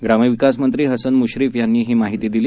ग्रामविकास मंत्री हसन मुश्रीफ यांनी ही माहिती दिली